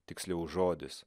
tiksliau žodis